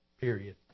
period